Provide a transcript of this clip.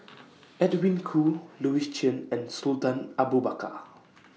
Edwin Koo Louis Chen and Sultan Abu Bakar